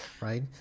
right